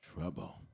Trouble